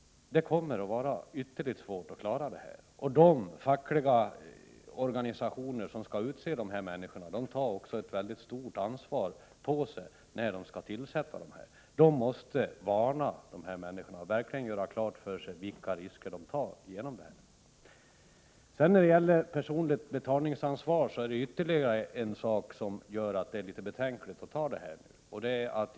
Det kommer att vara ytterligt svårt att få fram representanter, och de fackliga organisationer som skall tillsätta dessa människor tar på sig ett stort ansvar. De måste varna dem — verkligen göra klart vilka risker de tar. När det sedan gäller personligt betalningsansvar är det ytterligare en faktor som gör att det är litet betänkligt att fatta detta beslut nu.